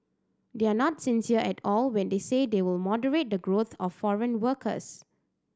they are not sincere at all when they say they will moderate the growth of foreign workers